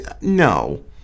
no